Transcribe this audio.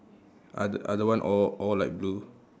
othe~ other one all all light blue